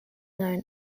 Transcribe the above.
known